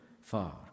far